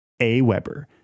AWeber